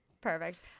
Perfect